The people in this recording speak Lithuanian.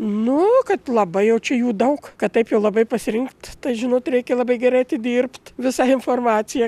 nu kad labai jau čia jų daug kad taip jau labai pasirinkt tai žinot reikia labai gerai atidirbt visą informaciją